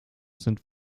sind